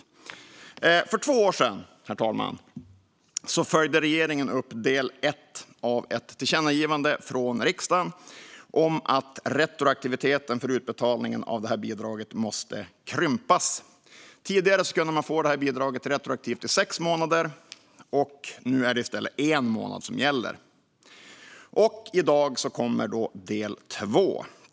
Herr talman! För två år sedan följde regeringen upp del ett av ett tillkännagivande från riksdagen. Det handlade om att retroaktiviteten för utbetalningen av det här bidraget måste krympas. Tidigare kunde man få bidraget retroaktivt i sex månader. Nu är det i stället en månad som gäller. I dag kommer del två.